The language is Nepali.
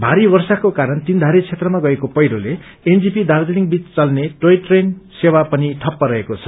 भारी वर्षाको कारण तीनघारे क्षेत्रमा गएको पहिरोले एनजेपी दार्जीलिङ बीच चल्ने टोय ट्रेन सेवा पनि ठप्प रहेको छ